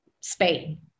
Spain